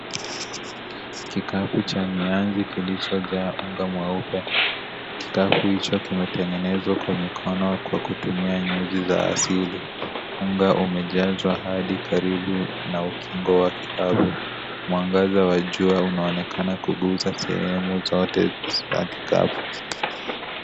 Kikapu cha mianzi kilichojaa unga mweupe. Kikapu hicho kimetengenezwa kwa mikono kwa kutumia nyuzi za asili. Unga umejazwa hadi karibu na ukingo wa kikapu. Mwangaza wa jua unaonekana kuguza sehemu zote za kikapu.